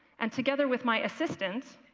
and together with my assistants,